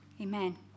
Amen